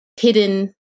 hidden